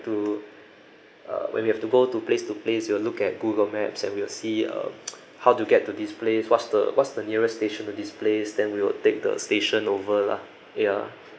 to uh when we have to go to place to place you will look at google maps and we'll see um how to get to this place what's the what's the nearest station to this place then we will take the station over lah ya